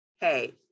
hey